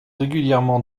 régulièrement